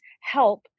help